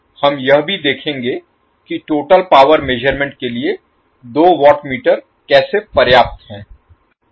हम यह भी देखेंगे कि टोटल पावर मेज़रमेंट के लिए दो वॉट मीटर कैसे पर्याप्त है